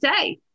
say